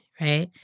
right